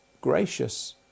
gracious